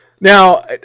Now